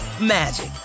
magic